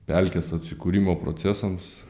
pelkės atsikūrimo procesams